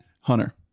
Hunter